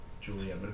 Julia